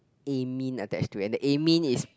amine attach to and the amine is